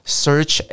search